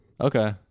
Okay